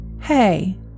Hey